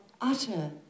utter